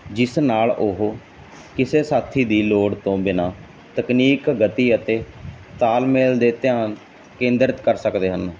ਜਿਸ ਨਾਲ ਉਹ ਕਿਸੇ ਸਾਥੀ ਦੀ ਲੋੜ ਤੋਂ ਬਿਨਾਂ ਤਕਨੀਕ ਗਤੀ ਅਤੇ ਤਾਲਮੇਲ ਦੇ ਧਿਆਨ ਕੇਂਦਰਿਤ ਕਰ ਸਕਦੇ ਹਨ